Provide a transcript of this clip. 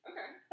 Okay